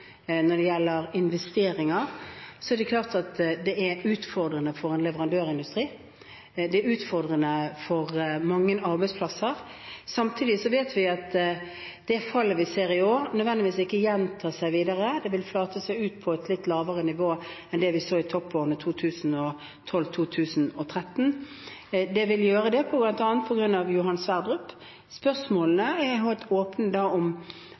når det gjelder investeringer, er det klart at det er utfordrende for leverandørindustrien og mange arbeidsplasser. Samtidig vet vi at fallet vi ser i år, ikke nødvendigvis vil gjenta seg videre fremover. Det vil flate ut på et litt lavere nivå enn det vi så i toppårene 2012 og 2013. Det vil skje bl.a. på grunn av Johan